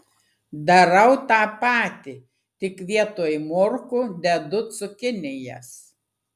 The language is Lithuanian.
darau tą patį tik vietoj morkų dedu cukinijas